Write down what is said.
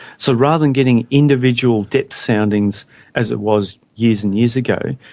so rather than getting individual depth soundings as it was years and years ago,